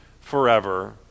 forever